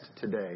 today